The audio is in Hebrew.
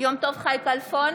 יום טוב חי כלפון,